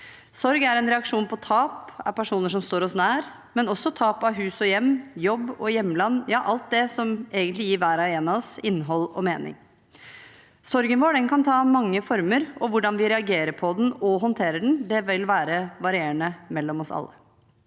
Sorg er en reaksjon på tap av personer som står oss nær, men også tap av hus og hjem, jobb og hjemland – ja, alt det som egentlig gir hver og en av oss innhold og mening. Sorgen vår kan ta mange former, og hvordan vi reagerer på den og håndterer den, vil være varierende mellom oss alle.